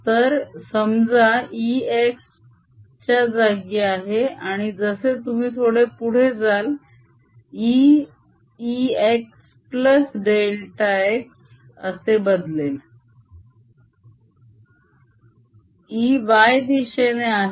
तर समजा E x च्या जागी आहे आणि जसे तुम्ही थोडे पुढे जाल E ExΔx असे बदलेल E y दिशेने आहे